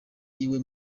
iwe